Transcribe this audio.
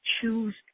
choose